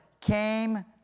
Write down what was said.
came